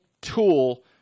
tool